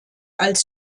als